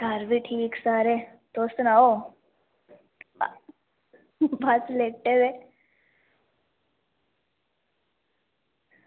घर बी ठीक सारे तुस सनाओ बस लेटे दे